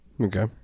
Okay